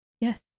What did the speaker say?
Yes